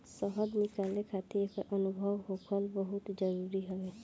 शहद निकाले खातिर एकर अनुभव होखल बहुते जरुरी हवे